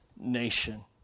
nation